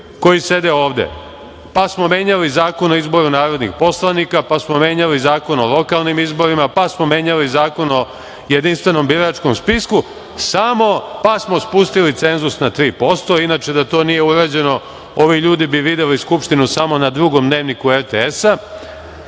koji sede ovde, pa smo menjali Zakon o izboru narodnih poslanika, pa smo menjali Zakon o lokalnim izborima, pa smo menjali Zakon o jedinstvenom biračkom spisku, pa smo spustili cenu na 3%. Inače, da to nije urađeno, ovi ljudi bi videli Skupštinu samo na Drugom dnevniku RTS-a. Sve